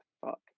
fuck